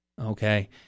okay